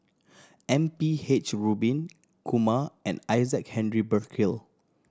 M P H Rubin Kumar and Isaac Henry Burkill